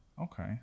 okay